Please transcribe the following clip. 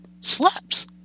slaps